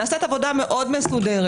נעשית עבודה מסודרת מאוד.